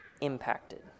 impacted